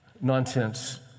nonsense